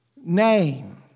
name